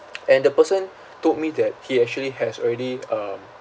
and the person told me that he actually has already um